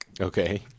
Okay